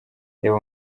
reba